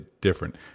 different